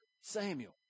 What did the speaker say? Samuel